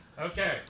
Okay